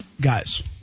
guys